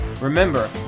Remember